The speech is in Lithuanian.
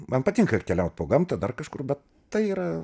man patinka ir keliaut po gamtą dar kažkur bet tai yra